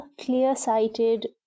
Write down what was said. clear-sighted